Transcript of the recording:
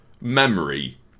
memory